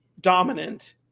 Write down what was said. dominant